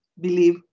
believe